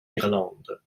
irlande